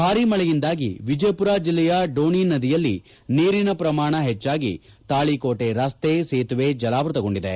ಭಾರೀ ಮಳೆಯಿಂದಾಗಿ ವಿಜಯಪುರ ಜಿಲ್ಲೆಯ ಡೋಣಿ ನದಿಯಲ್ಲಿ ನೀರಿನ ಪ್ರಮಾಣ ಪೆಚ್ಚಾಗಿ ತಾಳಿಕೋಟೆ ರಸ್ತೆ ಸೇತುವೆ ಜಲಾವೃತಗೊಂಡಿದೆ